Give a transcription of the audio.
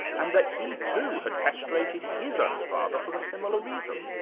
and that he too had castrated his own father for a similar reason.